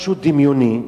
משהו דמיוני,